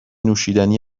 نوشیدنی